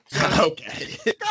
Okay